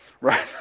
right